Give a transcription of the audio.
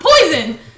poison